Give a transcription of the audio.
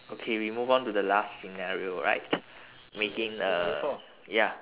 okay we move on to the last scenario right making uh ya